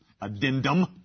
addendum